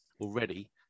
already